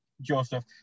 Joseph